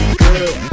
girl